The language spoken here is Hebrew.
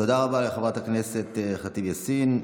תודה רבה לחברת הכנסת ח'טיב יאסין.